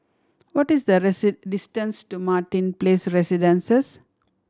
what is the distance to Martin Place Residences